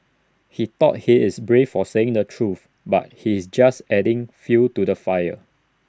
he thought he is brave for saying the truth but he's actually just adding fuel to the fire